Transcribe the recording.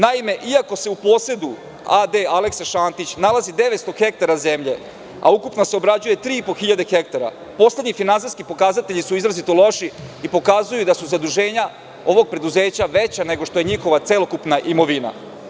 Naime, iako se u posedu AD „Aleksa Šantić“ nalazi 900 hektara zemlje, a ukupno se obrađuje 3.500 hektara, poslednji finansijski pokazatelji su izrazito loši i pokazuju da su zaduženja ovog preduzeća veća nego što je njihova celokupna imovina.